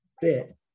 fit